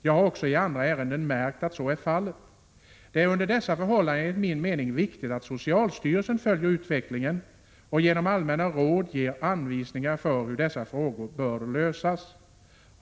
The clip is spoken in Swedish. Jag har också i andra ärenden märkt att så är fallet. Det är under dessa förhållanden enligt min mening viktigt att socialstyrelsen följer denna utveckling och genom allmänna råd ger anvisningar för hur dessa frågor bör lösas.